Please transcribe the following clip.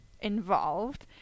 involved